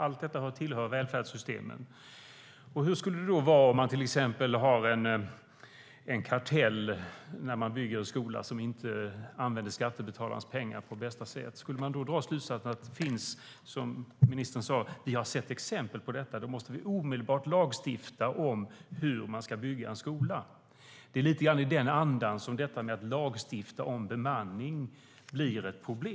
Allt detta tillhör välfärdssystemen. Det är lite grann i den andan som detta med att lagstifta om bemanning blir ett problem.